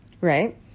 right